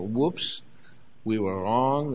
whoops we were wrong